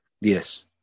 Yes